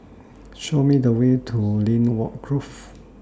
Show Me The Way to Lynwood Grove